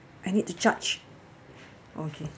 I need to charge okay